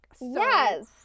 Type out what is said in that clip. yes